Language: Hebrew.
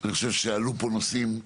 אני חושב שעלו פה נושאים,